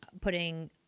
putting